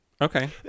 okay